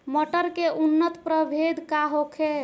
मटर के उन्नत प्रभेद का होखे?